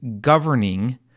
governing